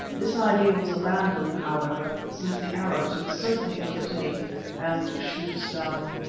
this idea was abandoned, however, since the arabs would certainly overtake and shoot us down.